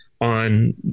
on